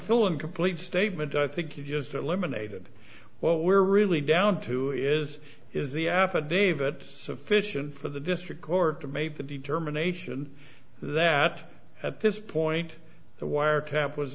fill incomplete statement i think you just eliminated what we're really down to is is the affidavit sufficient for the district court to make the determination that at this point the wiretap was